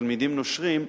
כתלמידים נושרים,